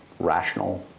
rational,